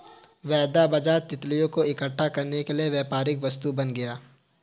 वायदा बाजार तितलियों को इकट्ठा करने के लिए व्यापारिक वस्तु बन गया